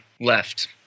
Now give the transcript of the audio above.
left